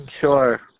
Sure